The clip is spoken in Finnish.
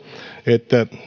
että